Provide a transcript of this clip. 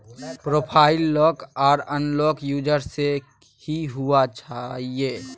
profile lock आर unlock user से ही हुआ चाहिए